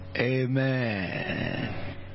Amen